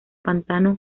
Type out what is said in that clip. pantano